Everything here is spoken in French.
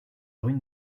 ruine